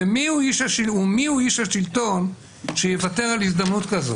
ומי הוא איש השלטון שיוותר על הזדמנות כזו?